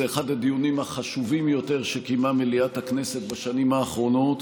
שזה אחד הדיונים החשובים ביותר שקיימה מליאת הכנסת בשנים האחרונות,